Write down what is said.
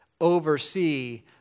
oversee